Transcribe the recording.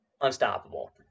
unstoppable